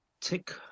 tick